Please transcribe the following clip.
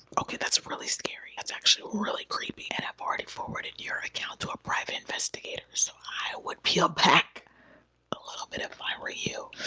okay, that's scary. that's actually really creepy, and i've already forwarded your account to a private investigator, so i would heel back a little bit, if i were you.